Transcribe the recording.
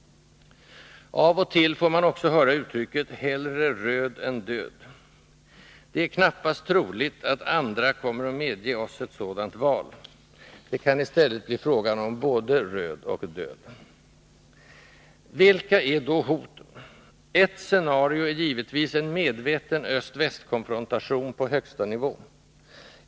Av och till får man också höra uttrycket ”hellre röd än död”. Det är knappast troligt att andra kommer att medge oss ett sådant val. Det kan i stället bli fråga om både röd och död. Vilka är då hoten? — Ett ”scenario” är givetvis en medveten öst-västkonfrontation, på högsta nivå.